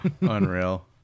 Unreal